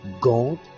God